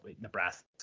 Nebraska